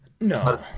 No